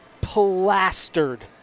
plastered